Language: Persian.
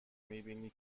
میبینی